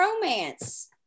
romance